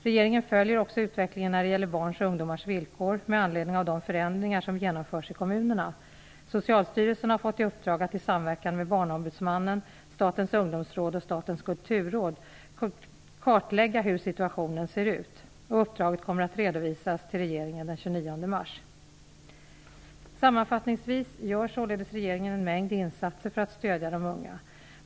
Regeringen följer också utvecklingen när det gäller barns och ungdomars villkor med anledning av de förändringar som genomförs i kommunerna. Socialstyrelsen har fått i uppdrag att i samverkan med Barnombudsmannen, Statens ungdomsråd och Statens kulturråd kartlägga hur situationen ser ut. Uppdraget kommer att redovisas till regeringen den 29 mars. Sammanfattningsvis gör således regeringen en mängd insatser för att stödja de unga.